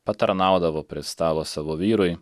patarnaudavo prie stalo savo vyrui